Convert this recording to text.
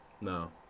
No